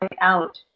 out